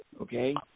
okay